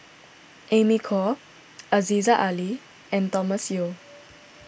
Amy Khor Aziza Ali and Thomas Yeo